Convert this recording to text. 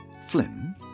Flynn